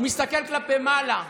הוא מסתכל כלפי מעלה.